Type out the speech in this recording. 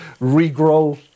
regrow